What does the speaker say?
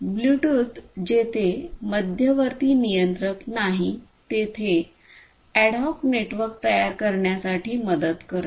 Bluetooth जेथे मध्यवर्ती नियंत्रक नाही तेथे अॅड हॉक नेटवर्क तयार करण्यात मदत करते